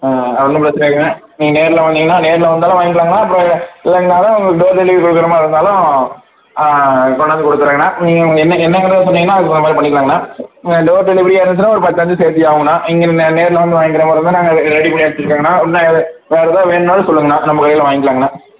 ஆ அது ஒன்றும் பிரச்சனை இல்லைங்கண்ணா நீங்கள் நேரில் வந்தீங்கன்னா நேரில் வந்தாலும் வாங்கிக்கலாங்கண்ணா அப்புறம் இல்லைனாலும் உங்களுக்கு டோர் டெலிவரி கொடுக்குற மாதிரி இருந்தாலும் ஆ கொண்டாந்து கொடுக்குறேண்ணா நீங்கள் என்ன என்னைக்கு மட்டும் சொன்னீங்கன்னா அதுக்கு தவுந்தமாதிரியே பண்ணிக்கலாங்கண்ணா நீங்கள் டோர் டெலிவரி எடுத்தனா ஒரு பத்தஞ்சு சேர்த்தி ஆவுண்ணா இங்கன நேரில் வந்து வாங்கிக்கிற மாதிரி இருந்தால் நாங்கள் ரெடி பண்ணி எடுத்து விக்கிறங்கண்ணா இன்னும் வேறு வேறு எதாவது வேணும்னாலும் சொல்லுங்கண்ணா நம்ப கடையில் வாங்கிக்கலாங்கண்ணா